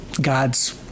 God's